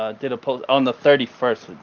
ah did a post on the thirty first.